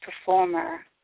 performer